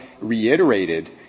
reiterated